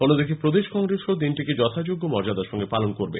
অন্যদিকে প্রদেশ কংগ্রেসও দিনটিকে যথাযোগ্য মর্যাদার সাথে পালন করবে